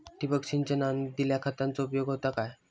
ठिबक सिंचनान दिल्या खतांचो उपयोग होता काय?